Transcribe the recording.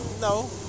no